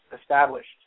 established